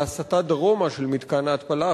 בהסטה דרומה של מתקן ההתפלה.